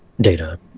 data